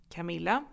Camilla